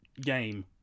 game